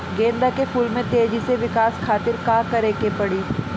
गेंदा के फूल में तेजी से विकास खातिर का करे के पड़ी?